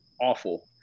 awful